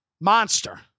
monster